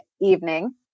evening